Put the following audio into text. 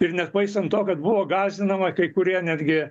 ir nepaisant to kad buvo gąsdinama kai kurie netgi